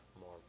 more